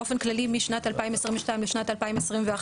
באופן כללי משנת 2022 לשנת 2021,